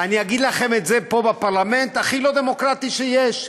אני אגיד לכם פה, בפרלמנט, הכי לא דמוקרטי שיש.